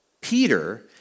Peter